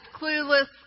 clueless